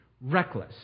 reckless